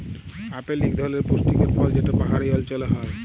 apple ইক ধরলের পুষ্টিকর ফল যেট পাহাড়ি অল্চলে হ্যয়